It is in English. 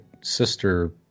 sister